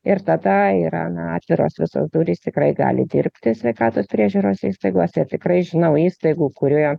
ir tada yra na atviros visos durys tikrai gali dirbti sveikatos priežiūros įstaigose ir tikrai žinau įstaigų kurioje